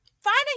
finding